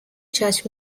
judge